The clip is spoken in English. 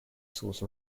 source